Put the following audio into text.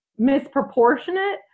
misproportionate